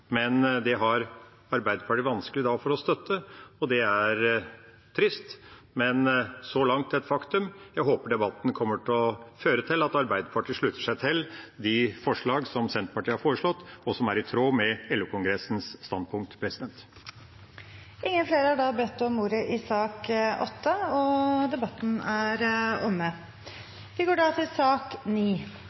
men det har Arbeiderpartiet vanskelig for å støtte. Det er trist, men så langt et faktum. Jeg håper debatten kommer til å føre til at Arbeiderpartiet slutter seg til de forslagene som Senterpartiet har fremmet, og som er i tråd med LO-kongressens standpunkt. Flere har ikke bedt om ordet til sak